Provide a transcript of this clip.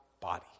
body